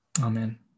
Amen